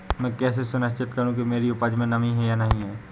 मैं कैसे सुनिश्चित करूँ कि मेरी उपज में नमी है या नहीं है?